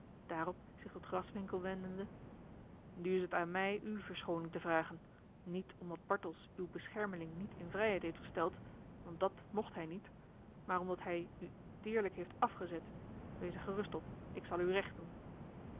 daarop zich tot graswinckel wendende nu is het aan mij u verschooning te vragen niet omdat bartels uw beschermeling niet in vrijheid heeft gesteld want dat mocht hij niet maar omdat hij u deerlijk heeft afgezet wees er gerust op ik zal u recht doen